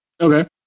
Okay